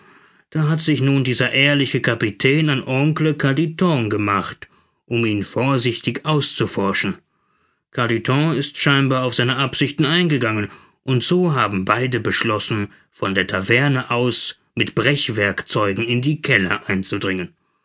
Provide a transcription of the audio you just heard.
da hat sich nun dieser ehrliche kapitän an oncle carditon gemacht um ihn vorsichtig auszuforschen carditon ist scheinbar auf seine absichten eingegangen und so haben beide beschlossen von der taverne aus mit brechwerkzeugen in die keller einzudringen